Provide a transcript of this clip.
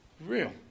real